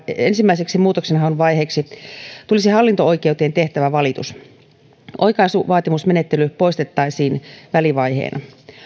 ensimmäiseksi muutoksenhaun vaiheeksi tulisi hallinto oikeuteen tehtävä valitus oikaisuvaatimusmenettely poistettaisiin välivaiheena